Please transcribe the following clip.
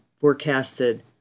forecasted